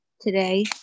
today